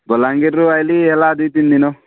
ବଲାଙ୍ଗୀରରୁ ଆସିଲି ହେଲା ଦୁଇ ତିନି ଦିନ